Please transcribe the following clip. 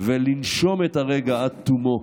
ולנשום את הרגע עד תומו,